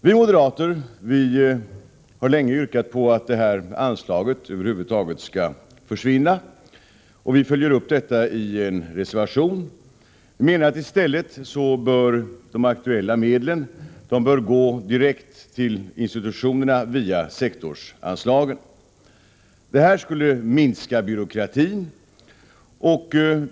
Vi moderater har länge yrkat på att det här anslaget skall försvinna, och vi följer upp detta i en reservation. I stället bör de aktuella medlen gå direkt till institutionerna via sektorsanslagen. Detta skulle minska byråkratin.